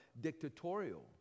dictatorial